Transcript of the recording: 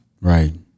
Right